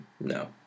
No